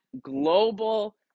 global